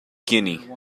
kenny